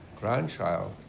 grandchild